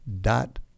dot